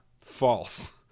False